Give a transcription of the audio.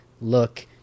look